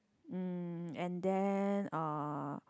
um and then uh